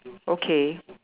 okay